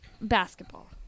basketball